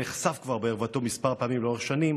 נחשף כבר בערוותו מספר פעמים לאורך השנים.